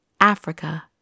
Africa